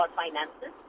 finances